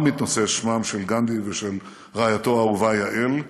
מתנוסס שמם של גנדי ושל רעייתו האהובה יעל,